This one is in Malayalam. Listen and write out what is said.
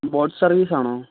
ബോട്ട് സർവീസ് ആണോ